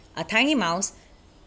a tiny mouse